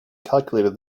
calculated